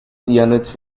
yanıt